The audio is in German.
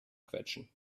quetschen